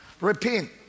Repent